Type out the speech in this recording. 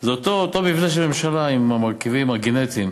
זה אותו מבנה של ממשלה עם אותם מרכיבים גנטיים,